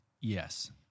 Yes